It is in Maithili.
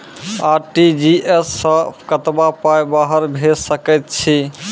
आर.टी.जी.एस सअ कतबा पाय बाहर भेज सकैत छी?